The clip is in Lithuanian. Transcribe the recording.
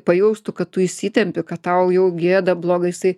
pajaustų kad tu įsitempi kad tau jau gėda blogai o jisai